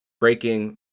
breaking